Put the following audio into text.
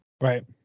Right